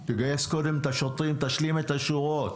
תגייס קודם את השוטרים, תשלים את השורות.